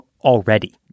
already